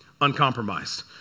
uncompromised